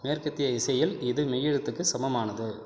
மேற்கத்திய இசையில் இது மெய்யெழுத்துக்கு சமமானது